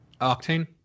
Octane